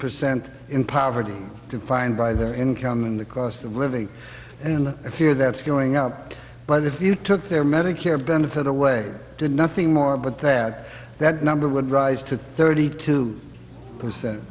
percent in poverty defined by their income and the cost of living and the fear that's going up but if you took their medicare benefit away did nothing more but that that number would rise to thirty two percent